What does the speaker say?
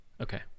Okay